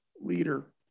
leader